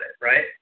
right